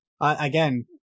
again